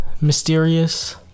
mysterious